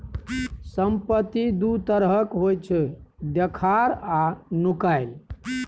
संपत्ति दु तरहक होइ छै देखार आ नुकाएल